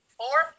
four